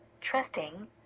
trusting